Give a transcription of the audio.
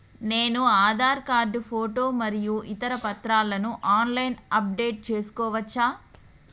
నేను Aadhaar card photo మరియు ఇతర పత్రాలను ఆన్ లైన్ అప్ డెట్ చేసుకోవచ్చా?